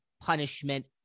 punishment